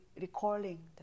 recalling